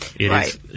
Right